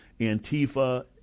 Antifa